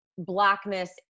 blackness